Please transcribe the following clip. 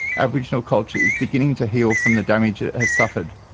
aboriginal culture is beginning to heal from the damage it has suffered.